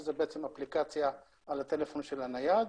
שזה בעצם אפליקציה בטלפון הנייד.